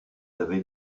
avez